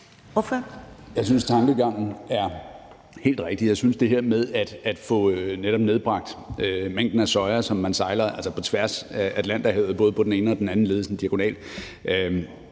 Jeg synes, tankegangen er helt rigtig, og jeg synes, at det her med netop at få nedbragt mængden af soja, som man sejler på tværs af Atlanterhavet både på den ene og den anden led og diagonalt,